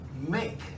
make